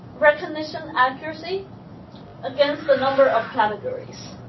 recognition accuracy against the number of categories.